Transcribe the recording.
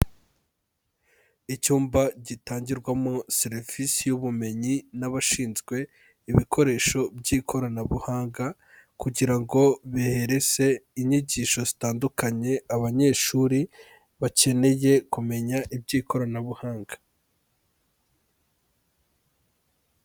Icyumba gitangirwamo serivisi y'ubumenyi n'abashinzwe ibikoresho by'ikoranabuhanga, kugira ngo bihereze inyigisho zitandukanye abanyeshuri, bakeneye kumenya iby'ikoranabuhanga.